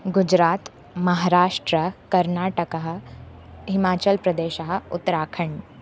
गुजरातः महराष्ट्रं कर्नाटकः हिमाचलप्रदेशः उत्तराखण्डः